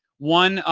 one,